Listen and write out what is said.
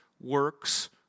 works